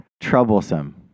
Troublesome